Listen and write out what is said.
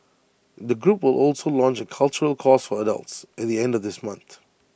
the group will also launch A cultural course for adults at the end of this month